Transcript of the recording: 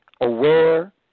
aware